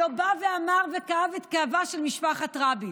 שלא בא ואמר וכאב את כאבה של משפחת רבין.